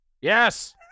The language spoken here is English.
Yes